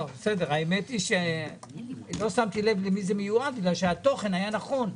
האמת היא שלא שמתי לב למי זה מיועד כי התוכן היה נכון.